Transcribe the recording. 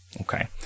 Okay